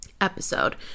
episode